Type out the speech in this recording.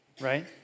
right